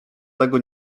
tego